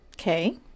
Okay